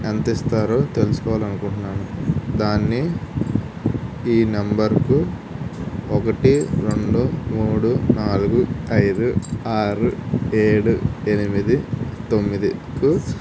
ఎంత ఇస్తారో తెలుసుకోవాలి అనుకుంటున్నాను దాన్ని ఈ నెంబర్కు ఒకటి రెండు మూడు నాలుగు ఐదు ఆరు ఏడు ఎనిమిది తొమ్మిదికు